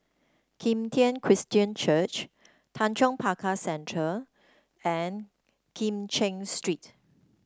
Kim Tian Christian Church Tanjong Pagar Centre and Kim Cheng Street